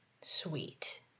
Sweet